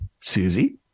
Susie